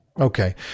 Okay